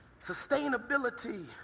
Sustainability